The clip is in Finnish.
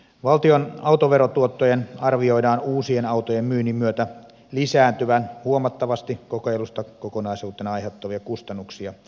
valtion autoverotuottojen arvioidaan uusien autojen myynnin myötä lisääntyvän huomattavasti kokeilusta kokonaisuutena aiheutuvia kustannuksia enemmän